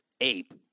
ape